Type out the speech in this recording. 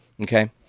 Okay